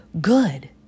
good